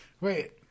Wait